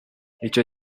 icyo